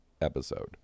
episode